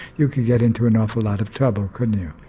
you could get into an awful lot of trouble couldn't you?